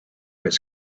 was